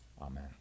Amen